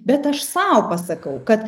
bet aš sau pasakau kad